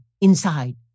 inside